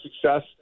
success